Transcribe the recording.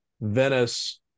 Venice